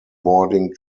boarding